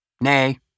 nay